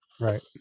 Right